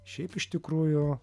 šiaip iš tikrųjų